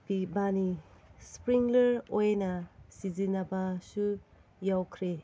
ꯄꯤꯕꯅꯤ ꯏꯁꯄ꯭ꯔꯤꯡꯂꯔ ꯑꯣꯏꯅ ꯁꯤꯖꯤꯟꯅꯕꯁꯨ ꯌꯥꯎꯈ꯭ꯔꯦ